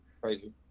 crazy